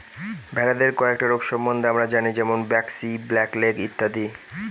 ভেড়াদের কয়েকটা রোগ সম্বন্ধে আমরা জানি যেমন ব্র্যাক্সি, ব্ল্যাক লেগ ইত্যাদি